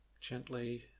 gently